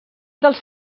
dels